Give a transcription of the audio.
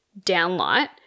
downlight